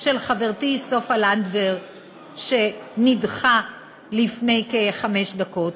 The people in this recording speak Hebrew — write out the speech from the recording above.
של חברתי סופה לנדבר שנדחה לפני כחמש דקות,